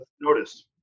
notice